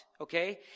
okay